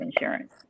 insurance